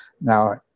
Now